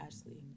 Ashley